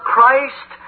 Christ